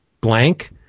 blank